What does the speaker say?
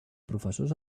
professors